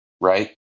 right